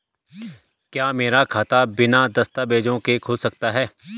क्या मेरा खाता बिना दस्तावेज़ों के खुल सकता है?